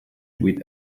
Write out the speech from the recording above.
with